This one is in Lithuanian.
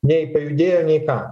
nei pajudėjo nei ką